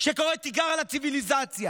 שקורא תיגר על הציוויליזציה.